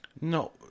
no